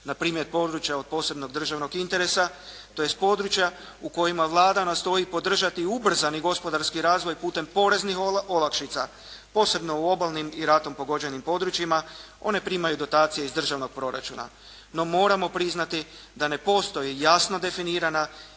Na primjer, područja od posebnog državnog interesa tj. područja u kojima Vlada nastoji podržati ubrzani gospodarski razvoj putem poreznih olakšica posebno u obalnim i ratom pogođenim područjima, one primaju dotacije iz državnog proračuna. No, moramo priznati da ne postoji jasno definirana